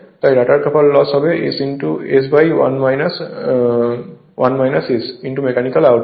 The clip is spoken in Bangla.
তাই রটার কপার লস হবে S মেকানিকাল আউটপুট